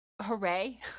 hooray